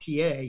TA